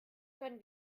können